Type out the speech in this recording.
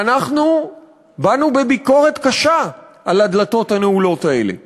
ואנחנו באנו בביקורת קשה על הדלתות הנעולות האלה ואמרנו: